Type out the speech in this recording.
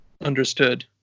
understood